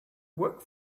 work